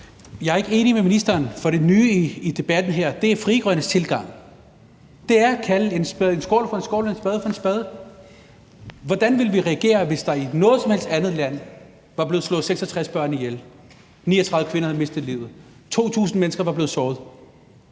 Jeg er ikke enig med ministeren, for det nye i debatten her er Frie Grønnes tilgang, og det er at kalde en skovl for en skovl og en spade for en spade. Hvordan ville vi reagere, hvis der i noget som helst andet land var blevet slået 66 børn ihjel, 39 kvinder havde mistet livet, og 2.000 mennesker var blevet såret?